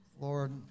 Lord